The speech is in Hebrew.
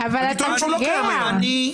ואני טוען שהוא לא קיים היום.